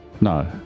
No